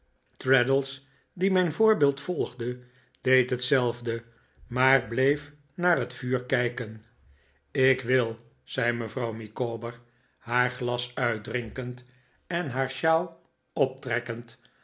traddles die mijn voorbeeld volgde deed hetzelfde maar bleef naar het vuur kijken ik wil zei mevrouw micawber haar glas uitdrinkend en haar shawl optrekkena